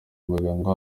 muganga